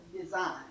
design